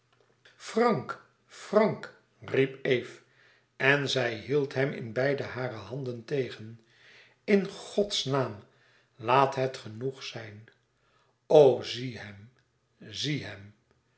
frank frank riep eve en zij hield hem in beide hare handen tegen in godsnaam laat het genoeg zijn o zie hem zie hem